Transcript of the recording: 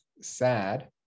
sad